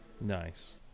Nice